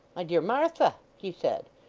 my dear martha he said.